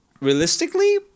Realistically